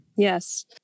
Yes